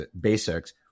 basics